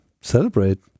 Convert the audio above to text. celebrate